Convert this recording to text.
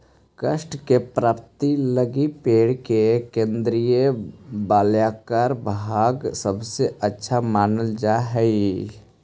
काष्ठ के प्राप्ति लगी पेड़ के केन्द्रीय वलयाकार भाग सबसे अच्छा मानल जा हई